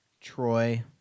Troy